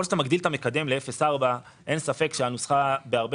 ככל שאתה מגדיל את המקדם ל-0.4 אין ספק שהנוסחה בהרבה